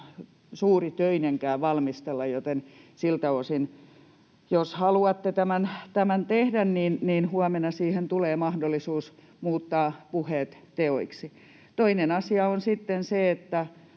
suuritöineenkään valmistella, joten siltä osin, jos haluatte tämän tehdä, huomenna tulee mahdollisuus muuttaa puheet teoiksi. Toinen asia on sitten se,